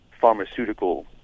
pharmaceutical